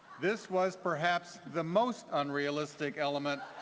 this was perhaps the most unrealistic element